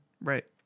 Right